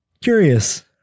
Curious